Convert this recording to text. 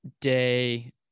day